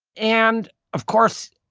and of course,